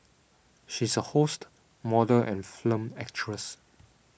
she is a host model and film actress